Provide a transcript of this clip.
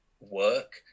work